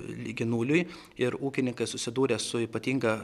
lygi nuliui ir ūkininkas susidūręs su ypatinga